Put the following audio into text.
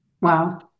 Wow